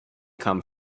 come